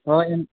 ᱦᱳᱭ